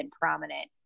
prominent